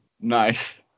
Nice